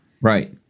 Right